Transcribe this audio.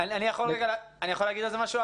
אני יכול להגיד על זה משהו?